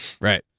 Right